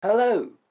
Hello